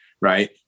right